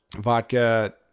vodka